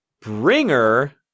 Bringer